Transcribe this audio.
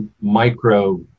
micro